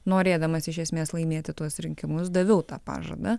norėdamas iš esmės laimėti tuos rinkimus daviau tą pažadą